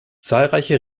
zahlreiche